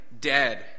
dead